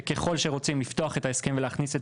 שככל שרוצים לפתוח את ההסכם ולהכניס את